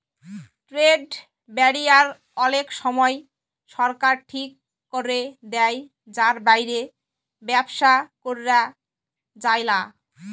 trade barrier অলেক সময় সরকার ঠিক ক্যরে দেয় যার বাইরে ব্যবসা ক্যরা যায়লা